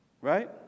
right